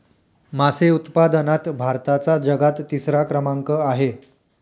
मासे उत्पादनात भारताचा जगात तिसरा क्रमांक आहे